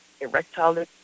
erectile